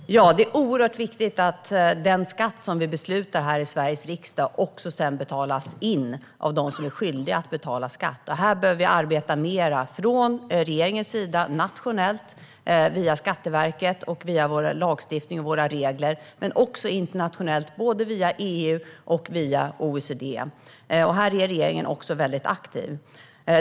Herr talman! Det är oerhört viktigt att den skatt som vi beslutar om här i Sveriges riksdag sedan betalas in av dem som är skyldiga att betala skatt. Här behöver vi arbeta mer från regeringens sida, nationellt via Skatteverket och via vår lagstiftning och våra regler men också internationellt både via EU och OECD. Här är regeringen också väldigt aktiv.